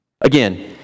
Again